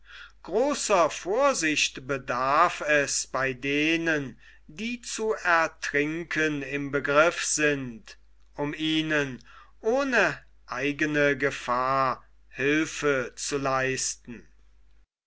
großer vorsicht bedarf es bei denen die zu ertrinken im begriff sind um ihnen ohne eigene gefahr hülfe zu leisten